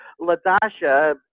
LaDasha